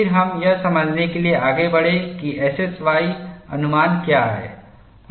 फिर हम यह समझने के लिए आगे बढ़े कि एसएसवाई अनुमान क्या हैं